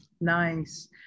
nice